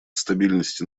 стабильности